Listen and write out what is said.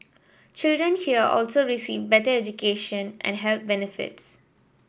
children here also receive better education and health benefits